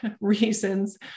reasons